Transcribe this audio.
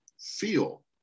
feel